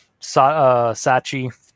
Sachi